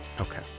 Okay